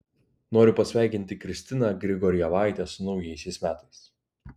noriu pasveikinti kristiną grigorjevaitę su naujaisiais metais